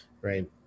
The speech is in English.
right